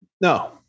No